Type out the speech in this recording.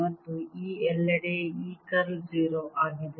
ಮತ್ತು E ಎಲ್ಲೆಡೆ E curl 0 ಆಗಿದೆ